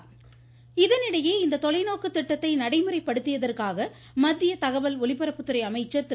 பிரகாஷ் ஜவ்தேக்கர் இதனிடையே இந்த தொலைநோக்கு திட்டத்தை நடைமுறைப்படுத்தியதற்காக மத்திய தகவல் ஒலிபரப்புத்துறை அமைச்சர் திரு